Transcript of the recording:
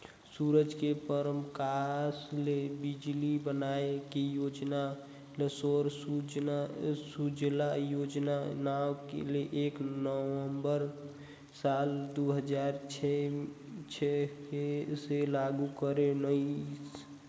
सूरज के परकास ले बिजली बनाए के योजना ल सौर सूजला योजना नांव ले एक नवंबर साल दू हजार छै से लागू करे गईस